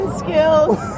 skills